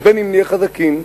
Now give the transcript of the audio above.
אז בין שנהיה חזקים,